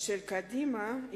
של קדימה,